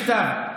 מכתב.